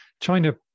China